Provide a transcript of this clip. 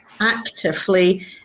Actively